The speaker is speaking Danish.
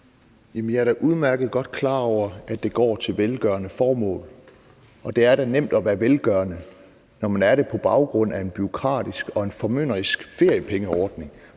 er da udmærket godt klar over, at det går til velgørende formål, og det er da nemt at være velgørende, når man er det på baggrund af en bureaukratisk og formynderisk feriepengeordning,